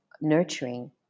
nurturing